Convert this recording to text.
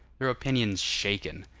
their opinions shaken,